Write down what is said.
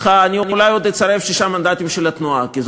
מעבר לים, ולא הידידים שלנו מעבר לאוקיינוס.